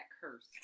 curse